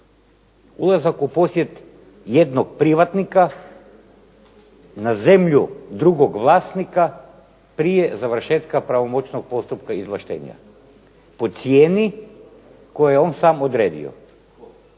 Ulazak u posjed jednog privatnika na zemlju drugog vlasnika prije završetka pravomoćnog postupka izvlaštenja, po cijeni koju je on sam odredio.